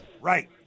Right